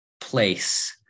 place